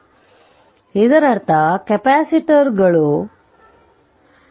ಆದ್ದರಿಂದ ಇದರರ್ಥ ಕೆಪಾಸಿಟರ್ಗಳು ಅದರ ವಿದ್ಯುತ್ ಕ್ಷೇತ್ರದಲ್ಲಿ ಶಕ್ತಿಯನ್ನು ಸಂಗ್ರಹಿಸುತ್ತವೆ